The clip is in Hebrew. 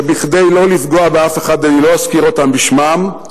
וכדי לא לפגוע באף אחד אני לא אזכיר אותם בשמם,